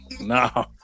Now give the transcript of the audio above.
no